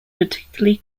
particularly